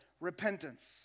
Repentance